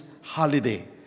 holiday